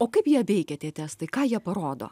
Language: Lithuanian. o kaip jie veikia tie testai ką jie parodo